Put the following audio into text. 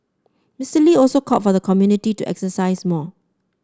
Mister Lee also called for the community to exercise more